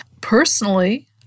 Personally